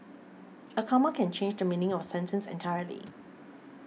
a comma can change the meaning of a sentence entirely